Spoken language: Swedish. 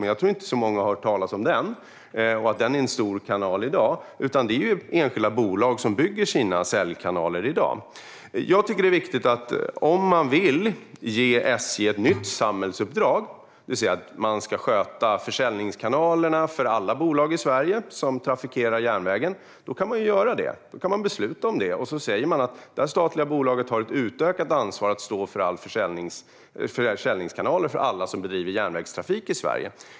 Men jag tror inte att så många har hört talas om den och att den är en stor kanal i dag, utan det är enskilda bolag som bygger sina säljkanaler i dag. Om man vill ge SJ ett nytt samhällsuppdrag, det vill säga att SJ ska sköta försäljningskanalerna för alla bolag i Sverige som trafikerar järnvägen, kan man besluta om det och ge det statliga bolaget ett utökat ansvar att stå för försäljningskanaler för alla som bedriver järnvägstrafik i Sverige.